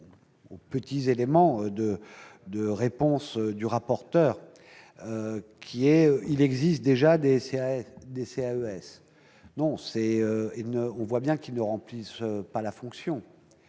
aux petits éléments donnés par le rapporteur, qui a dit qu'il existe déjà des CAES. Non ! On voit bien qu'ils ne remplissent pas cette fonction.